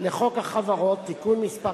לחוק החברות, תיקון מס'